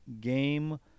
game